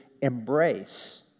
embrace